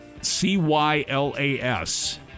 C-Y-L-A-S